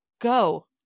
Go